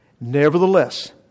Nevertheless